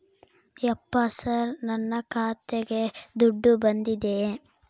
ಯಪ್ಪ ಸರ್ ನನ್ನ ಖಾತೆಗೆ ದುಡ್ಡು ಬಂದಿದೆಯ?